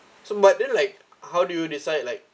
so but then like how do you decide like